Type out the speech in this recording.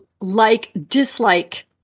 like-dislike